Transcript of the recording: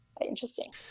interesting